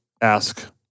ask